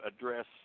address